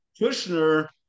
Kushner